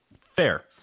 Fair